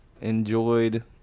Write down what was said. enjoyed